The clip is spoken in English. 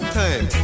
time